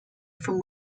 from